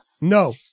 No